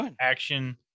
action